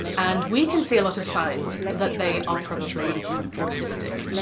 and we can see a lot of signs that they are probably autistic,